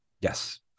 Yes